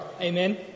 Amen